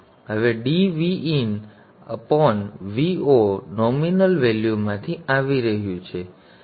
હવે D V O V in nominal વેલ્યુમાંથી આવી રહ્યું છે